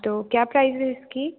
तो क्या प्राइज़ है इसकी